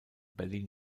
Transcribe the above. berlin